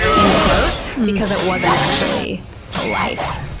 in quotes, because it wasn't actually a life.